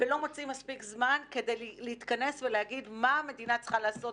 ולא מוצאים מספיק זמן כדי להתכנס ולהגיד מה המדינה צריכה לעשות.